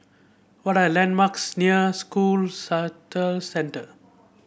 what are landmarks near School Centre